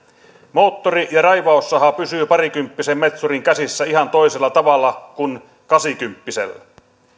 moottori ja raivaussaha pysyy parikymppisen metsurin käsissä ihan toisella tavalla kuin kasikymppisellä